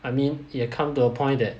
I mean it has come to a point that